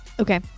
okay